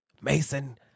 Mason